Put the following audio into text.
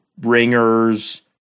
ringers